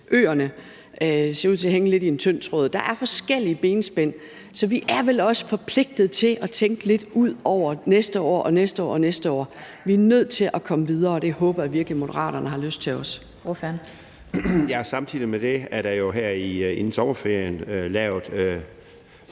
ser ud til at hænge lidt i en tynd tråd. Der er forskellige benspænd, så vi er vel også forpligtet til at tænke lidt ud over næste år og de efterfølgende år. Vi er nødt til at komme videre, og det håber jeg virkelig Moderaterne også har lyst til. Kl. 11:25 Den fg. formand (Annette Lind):